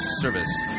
service